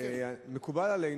מקובל עלינו,